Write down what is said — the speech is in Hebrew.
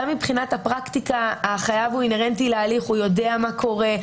מבחינת הפרקטיקה החייב הוא אינהרנטי להליך והוא יודע מה קורה.